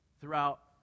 throughout